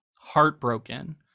heartbroken